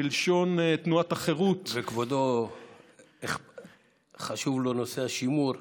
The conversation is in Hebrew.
בלשון תנועת החירות, וכבודו חשוב לו נושא השימור,